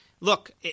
Look